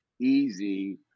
Easy